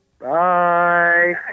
Bye